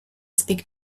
speak